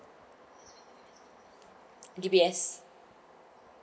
D_B_S